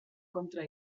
kontra